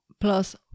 Plus